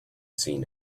seen